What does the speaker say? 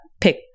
pick